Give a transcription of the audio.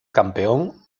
campeón